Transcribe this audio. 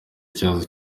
cyazo